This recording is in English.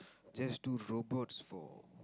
just do robots for